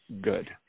good